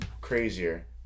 crazier